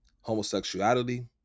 homosexuality